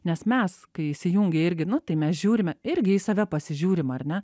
nes mes kai įsijungia irgi nu tai mes žiūrime irgi į save pasižiūrim ar ne